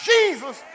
Jesus